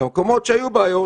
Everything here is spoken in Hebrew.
במקומות שהיו בעיות,